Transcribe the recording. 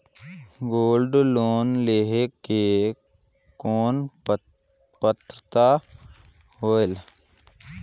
Gold loan लेहे के कौन पात्रता होएल?